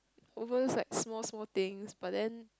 over like small small thing but then